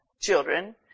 children